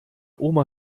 oma